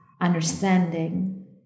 understanding